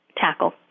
Tackle